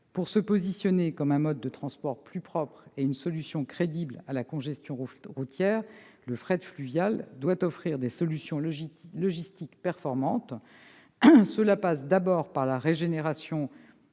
Pour se positionner comme un mode de transport plus propre et une solution crédible à la congestion routière, le fret fluvial doit offrir des solutions logistiques performantes. Cela passe d'abord par la régénération